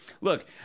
Look